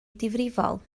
difrifol